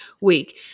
week